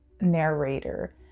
narrator